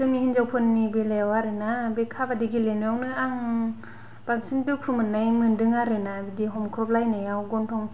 जोंनि हिन्जावफोरनि बेलायाव आरोना बे काबाद्दि गेलेनायावनो आं बांसिन दुखु मोननाय मोनदों आरो ना बिदि हमख्रब लायनायाव गन्थं